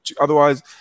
Otherwise